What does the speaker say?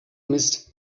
mist